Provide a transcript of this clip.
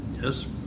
Yes